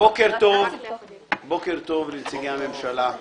בוקר טוב, נציגי הממשלה,